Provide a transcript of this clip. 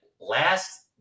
last